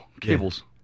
Cables